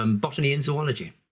um botany and zoology.